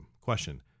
Question